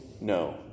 No